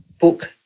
book